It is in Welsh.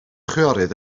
chwiorydd